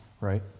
right